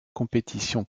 compétitions